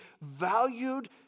valued